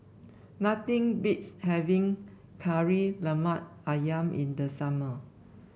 nothing beats having Kari Lemak ayam in the summer